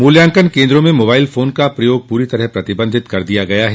मूल्यांकन केंद्रों में मोबाइल फोन का प्रयोग पूरी तरह प्रतिबंधित कर दिया गया है